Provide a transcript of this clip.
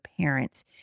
parents